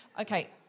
Okay